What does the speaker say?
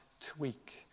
tweak